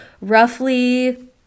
roughly